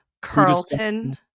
carlton